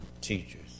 teachers